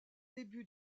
débuts